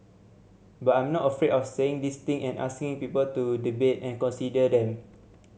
but I'm not afraid of saying these thing and asking people to debate and consider them